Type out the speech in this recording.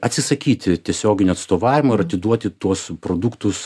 atsisakyti tiesioginio atstovavimo ir atiduoti tuos produktus